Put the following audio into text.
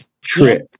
Trip